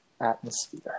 atmosphere